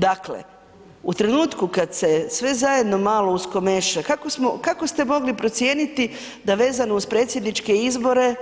Dakle u trenutku kada se sve zajedno malo uskomeša kako ste mogli procijeniti da vezano uz predsjedniče izbore